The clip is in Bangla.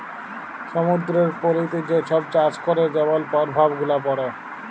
সমুদ্দুরের পলিতে যে ছব চাষ ক্যরে যেমল পরভাব গুলা পড়ে